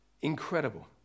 Incredible